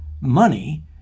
money